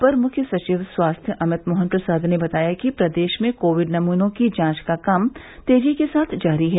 अपर मुख्य सचिव स्वास्थ्य अमित मोहन प्रसाद ने बताया कि प्रदेश में कोविड नमूनों की जांच का काम तेजी के साथ जारी है